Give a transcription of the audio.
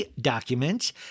documents